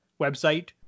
website